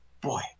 boy